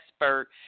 expert